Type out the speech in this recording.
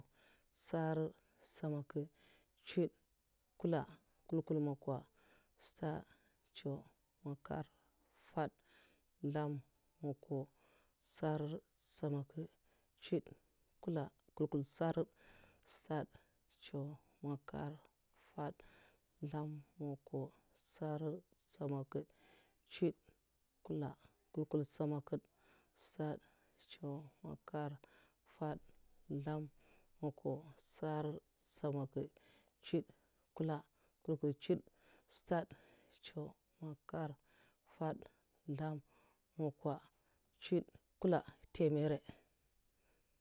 Ntsèradh, nstèmakèdh. ntsuwdh. nkwulah, nkwulnkwul makwah,'stadh ncèw, makarh, fadh zlèmh, makwah. ntsèradh, nstèm akèdh, ntsuwdh, nkwulah, nkwulnkwul ntsèradh, stad', ncèw, makar, fad, zlèm, makwa, tsèradh, nstèmakidh, tsuwd, nkwula nkwulnkwul nstèmakèdh, stad', ncèw, makar, fad, zlèm, makwa, tsèradh, nstèmakidh, tsuwd, nkwula nkwulnkwul, ntsuwdh, stad', ncèw, makar, fad, zlèm, makwa, tsèradh, ntsèmakidh, tsuwd, nkwula, nkwulnkwul nkwula ntèmara